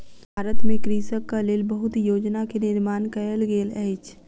भारत में कृषकक लेल बहुत योजना के निर्माण कयल गेल अछि